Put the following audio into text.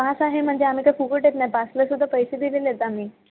pass आहे म्हणजे आम्ही काय फुकट येत नाही पासला सुद्धा पैसे दिलेले आहेत आम्ही